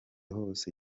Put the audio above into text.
hose